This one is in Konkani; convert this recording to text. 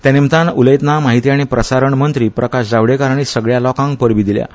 त्या निमतान उलयतना माहिती आनी प्रसारण मंत्री प्रकाश जावडेकर हाणी सगळ्या लोकांक परबी दिल्यात